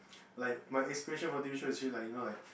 like my inspiration what T_V show like you know like